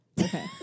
Okay